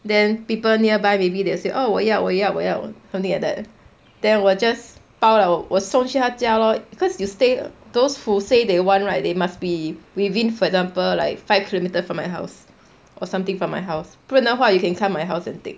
then people nearby maybe they'll say oh 我要我要 something like that then 我 just 包了我送去他家 lor because you stay those who say they want right they must be within for example like five kilometres from my house or something from my house 不然的话 you can come my house and take